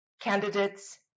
candidates